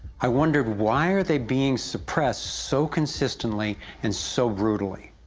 i wondered, why are they being suppressed so consistently and so brutally?